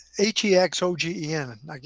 H-E-X-O-G-E-N